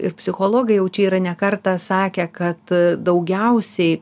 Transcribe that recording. ir psichologai jau čia yra ne kartą sakę kad daugiausiai